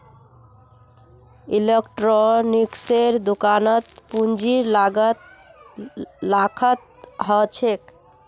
इलेक्ट्रॉनिक्सेर दुकानत पूंजीर लागत लाखत ह छेक